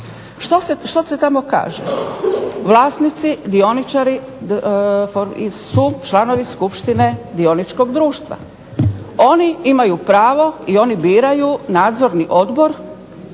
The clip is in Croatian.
Što se tamo kaže, vlasnici, dioničari su članovi skupštine dioničkog društva. Oni imaju pravo i oni biraju nadzorni odbor